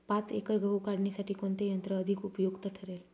पाच एकर गहू काढणीसाठी कोणते यंत्र अधिक उपयुक्त ठरेल?